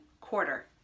quarter